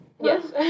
Yes